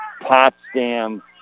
Potsdam